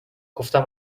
گفتم